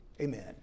Amen